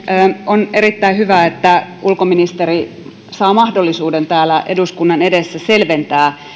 on erittäin hyvä että ulkoministeri saa mahdollisuuden täällä eduskunnan edessä selventää